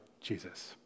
Jesus